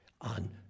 on